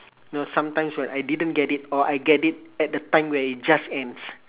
no sometimes when I didn't get it or I get it at the time where it just ends